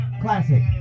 classic